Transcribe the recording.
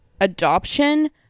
adoption